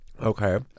Okay